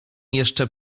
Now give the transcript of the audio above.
jeszcze